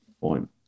point